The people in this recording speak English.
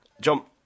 Jump